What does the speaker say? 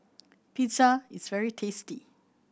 pizza is very tasty